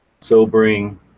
sobering